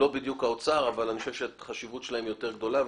אני חושב שהחשיבות שלהם יותר גדולה.